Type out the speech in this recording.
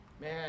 Man